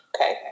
okay